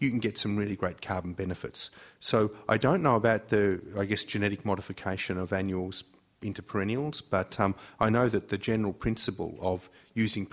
you can get some really great cabin benefits so i don't know about the i guess genetic modification of annual into perennials but i know that the general principle of using